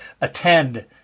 attend